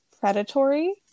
predatory